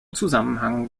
zusammenhang